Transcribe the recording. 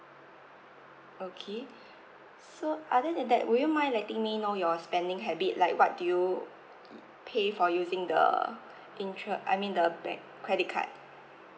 okay so other than that would you mind letting me know your spending habit like what do you pay for using the interest I mean the bank credit card